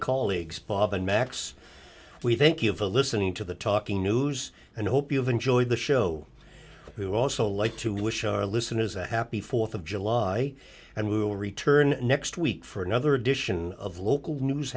colleagues bob and max we thank you for listening to the talking news and hope you've enjoyed the show who also like to wish our listeners a happy th of july and we will return next week for another edition of local news